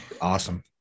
awesome